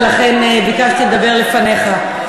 ולכן ביקשתי לדבר לפניך.